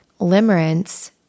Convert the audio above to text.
Limerence